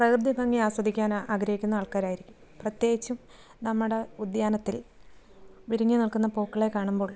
പ്രകൃതി ഭംഗി ആസ്വദിക്കാൻ ആഗ്രഹിക്കുന്ന ആൾക്കാരായിരിക്കും പ്രതേകിച്ചും നമ്മുടെ ഉദ്യാനത്തിൽ വിരിഞ്ഞ് നിൽക്കുന്ന പൂക്കളെ കാണുമ്പോൾ